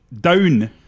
down